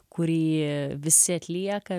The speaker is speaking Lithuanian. kurį visi atlieka